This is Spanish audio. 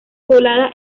poblada